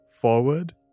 forward